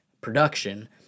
production